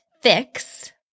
fix